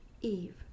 Eve